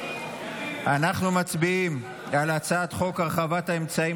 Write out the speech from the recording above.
אנחנו מצביעים על הצעת חוק הרחבת האמצעים